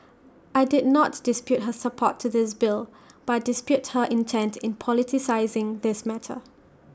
I did not dispute her support to this bill but dispute her intent in politicising this matter